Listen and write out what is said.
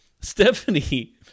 Stephanie